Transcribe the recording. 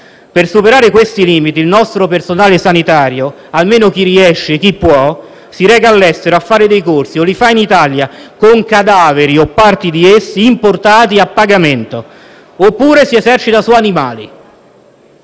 Per superare questi limiti, il nostro personale sanitario, almeno chi riesce, chi può, si reca all'estero a fare dei corsi; o li fa in Italia, con cadaveri o parti di essi importati a pagamento; oppure, si esercita su animali.